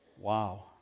wow